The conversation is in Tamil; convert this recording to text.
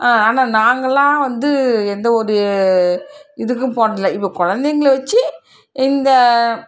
ஆனால் நாங்களெலாம் வந்து எந்த ஒரு இதுக்கும் போனதில்லை இப்போ குழந்தைங்கள வெச்சு இந்த